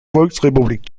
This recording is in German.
volksrepublik